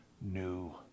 new